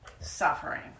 suffering